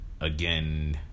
Again